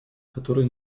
которые